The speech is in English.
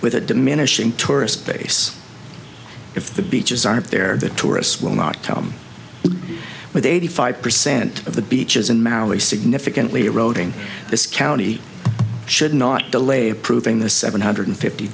with a diminishing tourist base if the beaches aren't there the tourists will not come with eighty five percent of the beaches in maui significantly eroding this county should not delay approving the seven hundred fifty